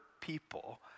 people